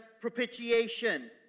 propitiation